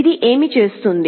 ఇది ఏమి చేస్తుంది